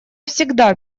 всегда